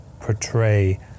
portray